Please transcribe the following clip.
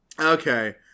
Okay